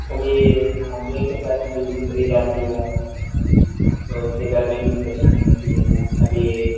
کبھی محلے کے اندر میں بجلی چلی جاتی ہے تو اس سے گرمی کی پریشانی ہوتی ہے کبھی